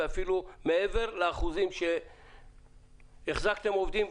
ואפילו מעבר לאחוזים החזקתם עובדים,